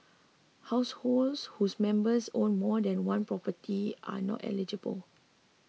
households whose members own more than one property are not eligible